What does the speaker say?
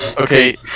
Okay